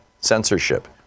censorship